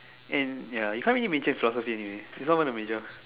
and ya you can't really major in philosophy anyway it's not even a major